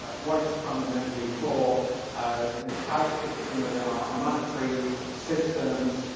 what it's fundamentally for and how it fits in within our monetary systems,